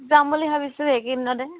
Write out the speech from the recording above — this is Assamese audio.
যাম বুলি ভাবিছোঁ এইকেইদিনতে